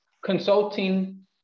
consulting